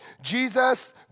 Jesus